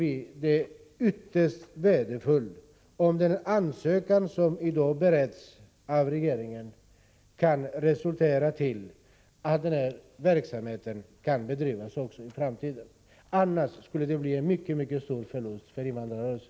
Vi anser det därför värdefullt om den ansökan som i dag beretts i regeringen kunde resultera i att verksamheten kan bestå även i framtiden. Motsatsen skulle innebära en mycket stor förlust för invandrarrörelsen.